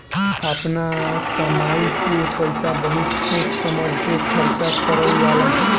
आपना कमाई के पईसा बहुत सोच समझ के खर्चा करल जाला